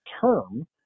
term